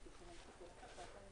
הוועדה.